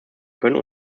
können